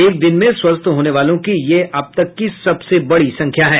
एक दिन में स्वस्थ होने वालों की यह अब तक की सबसे बड़ी संख्या है